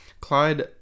Clyde